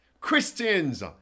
Christians